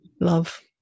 love